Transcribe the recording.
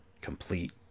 complete